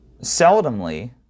seldomly